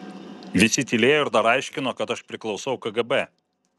visi tylėjo ir dar aiškino kad aš priklausau kgb